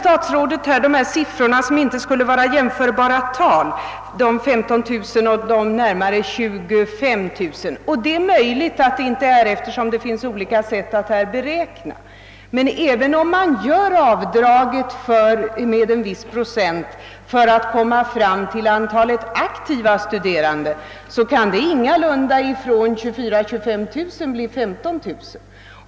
Statsrådet nämnde siffror för antalet studerande som inte skulle vara jämförbara tal — dels 15 000, dels närmare 25 000 — och det är möjligt att de inte är jämförbara, eftersom man kan beräkna antalet på olika sätt. även om man drar av en viss procent för att komma fram till antalet aktiva studerande, så kan man emellertid ingalunda komma ned från 24 000 å 25 000 till 15 000.